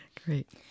Great